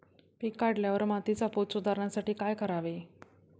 पीक काढल्यावर मातीचा पोत सुधारण्यासाठी काय करावे?